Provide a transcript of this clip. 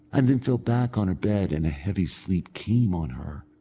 and then fell back on her bed and a heavy sleep came on her,